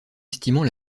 estimant